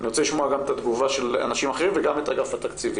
אני רוצה לשמוע גם את התגובה של אנשים אחרים וגם את אגף התקציבים.